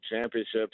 Championships